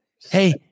Hey